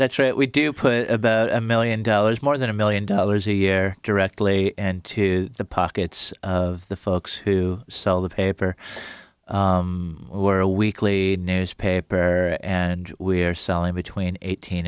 that's right we do put a million dollars more than a million dollars a year directly into the pockets of the folks who sell the paper or a weekly newspaper and we're selling between eighteen